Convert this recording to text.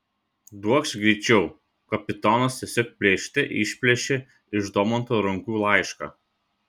duokš greičiau kapitonas tiesiog plėšte išplėšė iš domanto rankų laišką